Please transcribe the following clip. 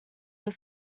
your